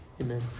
Amen